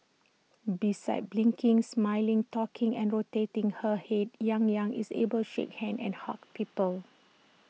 besides blinking smiling talking and rotating her Head yang Yang is able shake hands and hug people